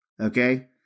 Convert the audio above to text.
Okay